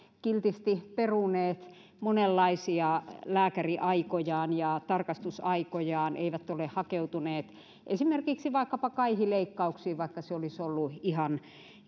kiltisti peruneet monenlaisia lääkärinaikojaan ja tarkastusaikojaan eivät ole hakeutuneet esimerkiksi vaikkapa kaihileikkauksiin vaikka se olisi ollut ihan